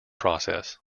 process